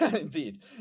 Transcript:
Indeed